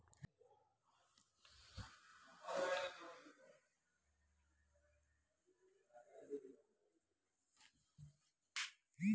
ಸಾವಯವದಾಗಾ ಬ್ಯಾಸಾಯಾ ಮಾಡಿದ್ರ ಏನ್ ಅನುಕೂಲ ಐತ್ರೇ?